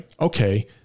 okay